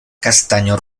castaño